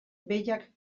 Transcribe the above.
behiak